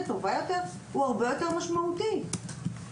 טובה יותר הוא הרבה יותר משמעותי היום,